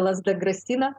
lazda grasina